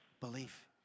belief